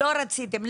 לא רציתם.